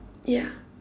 ya